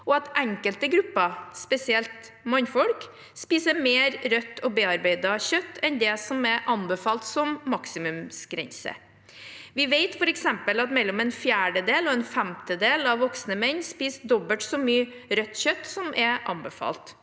og at enkelte grupper, spesielt mannfolk, spiser mer rødt og bearbeidet kjøtt enn det som er anbefalt som maksimumsgrense. Vi vet f.eks. at mellom en fjerdedel og en femtedel av voksne menn spiser dobbelt så mye rødt kjøtt som anbefalt.